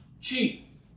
cheap